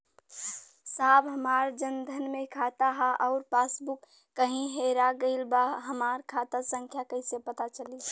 साहब हमार जन धन मे खाता ह अउर पास बुक कहीं हेरा गईल बा हमार खाता संख्या कईसे पता चली?